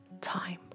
time